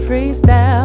Freestyle